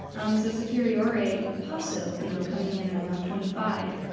um so superiore ripasso, you know coming in and around twenty five